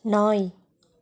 நாய்